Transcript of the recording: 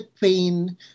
pain